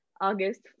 August